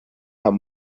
out